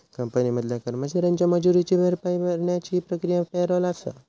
company मधल्या कर्मचाऱ्यांच्या मजुरीची भरपाई करण्याची प्रक्रिया पॅरोल आसा